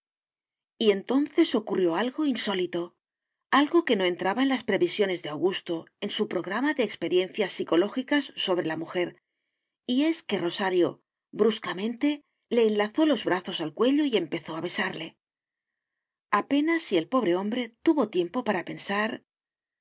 y entonces ocurrió algo insólito algo que no entraba en las previsiones de augusto en su programa de experiencias psicológicas sobre la mujer y es que rosario bruscamente le enlazó los brazos al cuello y empezó a besarle apenas si el pobre hombre tuvo tiempo para pensar